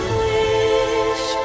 wish